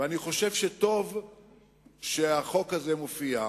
ואני חושב שטוב שהחוק הזה מופיע.